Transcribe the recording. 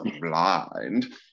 blind